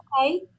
okay